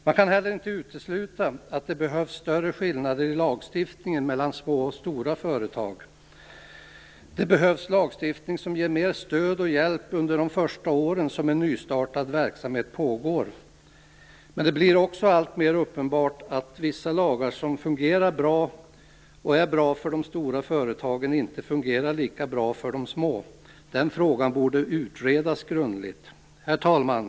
Man kan inte heller utesluta att det behövs större skillnader i lagstiftningen i fråga om små och stora företag. Det behövs lagstiftning som ger mer stöd och hjälp under de första åren som en nystartad verksamhet pågår. Men det blir också alltmer uppenbart att vissa lagar som fungerar bra för de stora företagen inte fungerar lika bra för de små företagen. Den frågan borde utredas grundligt. Herr talman!